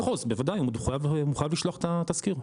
בוודאי, הוא מחויב לשלוח את התזכיר.